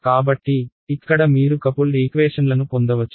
కాబట్టి ఇక్కడ మీరు కపుల్డ్ ఈక్వేషన్లను పొందవచ్చు